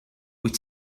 wyt